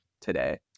today